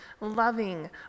loving